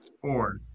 four